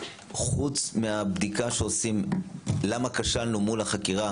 חוץ מהבדיקה שעושים למה כשלנו מול החקירה